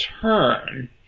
turn